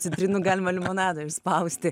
citrinų galima limonado išspausti